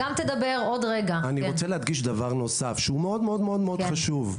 שהוא מאוד-מאוד חשוב: